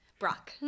Brock